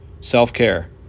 self-care